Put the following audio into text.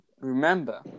remember